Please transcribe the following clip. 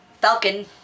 Falcon